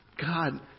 God